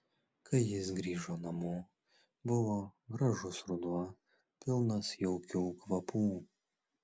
kai jis grįžo namo buvo gražus ruduo pilnas jaukių kvapų